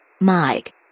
Mike